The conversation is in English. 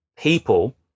people